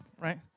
right